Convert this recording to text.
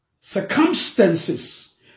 circumstances